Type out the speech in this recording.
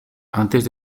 antes